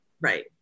right